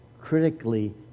critically